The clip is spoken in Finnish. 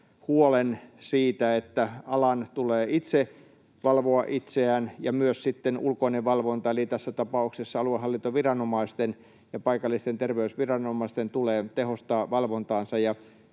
huolen siitä, että alan tulee itse valvoa itseään ja myös sitten on ulkoista valvontaa, eli tässä tapauksessa aluehallintoviranomaisten ja paikallisten terveysviranomaisten tulee tehostaa valvontaansa.